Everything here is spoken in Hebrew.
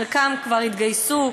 חלקם כבר התגייסו,